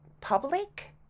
public